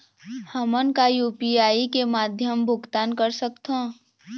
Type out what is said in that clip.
हमन का यू.पी.आई के माध्यम भुगतान कर सकथों?